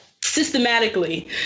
systematically